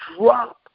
drop